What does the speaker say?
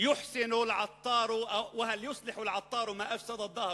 יוצלחו אלמטאר מא אפסדא אלדאהרו".